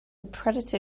predator